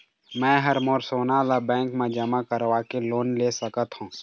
मैं हर मोर सोना ला बैंक म जमा करवाके लोन ले सकत हो?